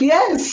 Yes